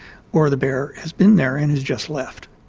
or the bear has been there and has just left.